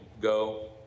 go